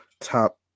top